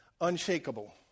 unshakable